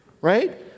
right